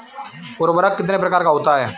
उर्वरक कितने प्रकार का होता है?